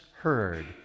heard